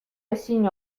ezin